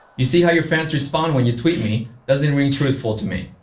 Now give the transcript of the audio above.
you see how your fans respond when you tweet me. doesn't ring truthful to me.